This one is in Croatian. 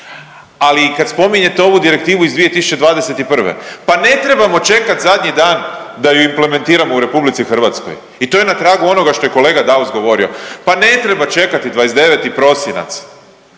Ali i kad spominjete ovu Direktivu iz 2021., pa ne trebamo čekat zadnji dan da ju implementiramo u RH i to je na tragu onoga što je kolega Daus govorio, pa ne treba čekati 29. prosinac.